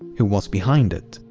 who was behind it?